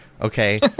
Okay